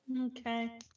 Okay